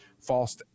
false